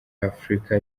afurika